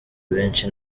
benshi